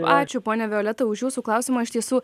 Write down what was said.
ačiū ponia violeta už jūsų klausimą iš tiesų